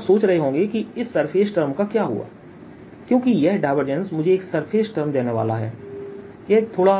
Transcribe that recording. तो आप सोच रहे होंगे कि इस सरफेस टर्म का क्या हुआ क्योंकि यह डायवर्जेंस मुझे एक सरफेस टर्म देने वाला है यह एक थोड़ा